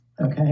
Okay